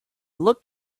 looked